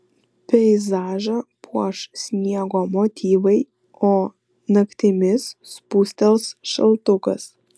peizažą puoš sniego motyvai o naktimis spustels šaltukas